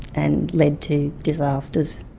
and led to disasters.